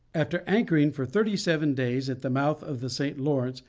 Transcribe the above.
after anchoring for thirty-seven days at the mouth of the st. lawrence,